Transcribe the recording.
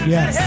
Yes